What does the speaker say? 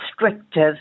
restrictive